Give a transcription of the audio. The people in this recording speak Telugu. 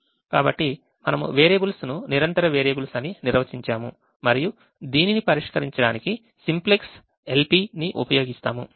కాబట్టి మనము వేరియబుల్స్ ను నిరంతర వేరియబుల్స్ అని నిర్వచించాము మరియు దీనిని పరిష్కరించడానికి సింప్లెక్స్ LP ని ఉపయోగిస్తాము